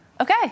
Okay